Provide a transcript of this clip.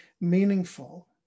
meaningful